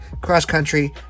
cross-country